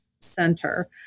Center